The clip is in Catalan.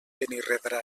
benirredrà